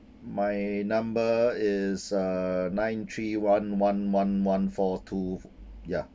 my number is uh nine three one one one one four two ya